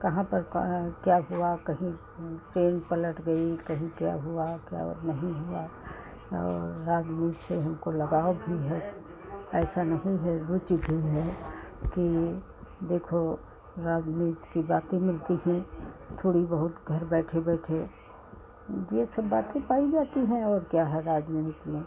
कहाँ पर का क्या हुआ कहीं ट्रेन पलट गई कहीं क्या हुआ क्या वो नहीं हुआ और राजनीति से हमको लगाव भी है ऐसा नहीं है कि रुचि नहीं है कि देखो राजनीति की बातें मिलती हैं थोड़ी बहुत घर बैठे बैठे ये सब बातें पाई जाती हैं और क्या है राजनीति में